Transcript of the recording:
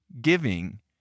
giving